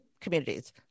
communities